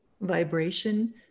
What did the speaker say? vibration